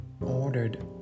ordered